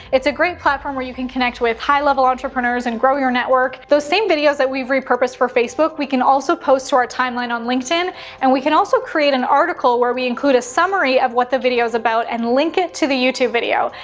it's a great platform where you can connect with high level entrepreneurs and grow your network. those same videos that we've repurposed for facebook, we can also post to our timeline of linkedin and we can also create an article where we include summary of what the video's about and link it to the youtube video.